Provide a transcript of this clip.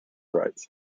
rights